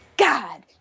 God